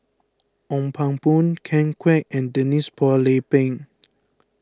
Ong Pang Boon Ken Kwek and Denise Phua Lay Peng